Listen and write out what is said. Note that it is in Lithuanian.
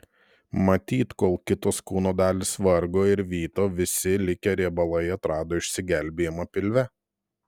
matyt kol kitos kūno dalys vargo ir vyto visi likę riebalai atrado išsigelbėjimą pilve